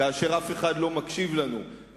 כאשר אף אחד לא מקשיב לנו,